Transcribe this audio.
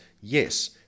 yes